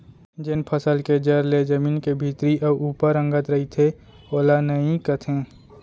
जेन फसल के जर ले जमीन के भीतरी अउ ऊपर अंगत रइथे ओला नइई कथें